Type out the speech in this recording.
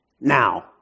Now